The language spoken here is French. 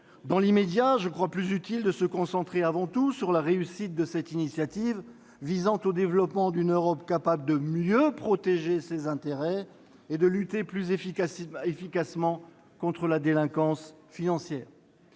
Dans l'immédiat, je crois plus utile de se concentrer avant tout sur la réussite de cette initiative visant au développement d'une Europe capable de mieux protéger ses intérêts et de lutter plus efficacement contre la délinquance financière.